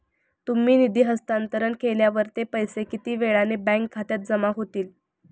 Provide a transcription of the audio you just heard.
तुम्ही निधी हस्तांतरण केल्यावर ते पैसे किती वेळाने बँक खात्यात जमा होतील?